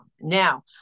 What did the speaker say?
Now